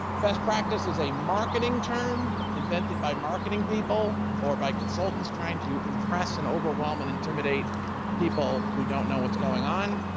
best practice is a marketing term invented by marketing people or by consultants trying to impress and overwhelm and intimidate people who don't know what's going on.